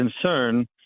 concern